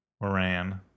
Moran